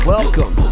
Welcome